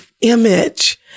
image